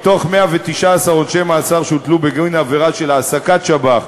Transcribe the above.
מתוך 119 עונשי מאסר שהוטלו בגין עבירה של העסקת שב"ח,